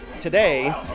Today